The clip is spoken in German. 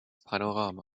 panorama